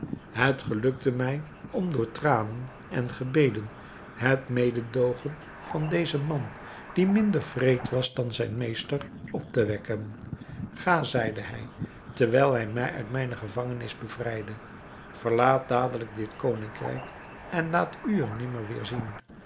het gelukte mij om door tranen en gebeden het mededoogen van dezen man die minder wreed was dan zijn meester op te wekken ga zeide hij terwijl hij mij uit mijne gevangenis bevrijdde verlaat dadelijk dit koningrijk en laat u er nimmer weêr zien